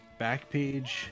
Backpage